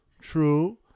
true